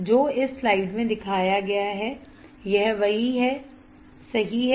जो इस स्लाइड में दिखाया गया है यह वही है सही है